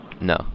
No